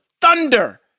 thunder